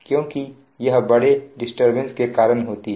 क्योंकि यह बड़े डिस्टरबेंस के कारण होती है